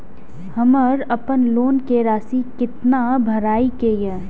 हमर अपन लोन के राशि कितना भराई के ये?